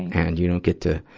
and you don't get to,